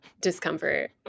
discomfort